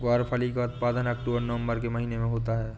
ग्वारफली का उत्पादन अक्टूबर नवंबर के महीने में होता है